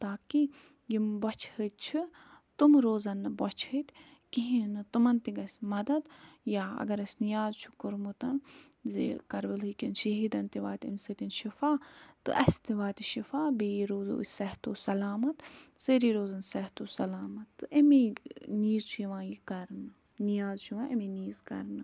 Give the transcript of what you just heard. تاکہِ یِم بۄچھ ۂتۍ چھِ تٕم روزَن نہٕ بۄچھِ ۂتۍ کِہیٖنۍ نہٕ تِمَن تہِ گژھِ مدتھ یا اَگر اَسہِ نیاز چھُ کوٚرمُت زِ کربٕلٔہٕکٮ۪ن شہیٖدَن تہِ واتہِ اَمہِ سۭتۍ شفاع تہٕ اَسہِ تہِ واتہِ شفاع بیٚیہِ روزَو أسۍ صحت و سلامَت سٲری روزَن صحت و سلامَت تہٕ اَمی نیٖز چھُ یِوان یہِ کرنہٕ نیاز چھِ یِوان اَمہِ نیٖز کرنہٕ